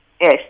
yes